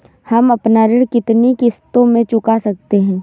हम अपना ऋण कितनी किश्तों में चुका सकते हैं?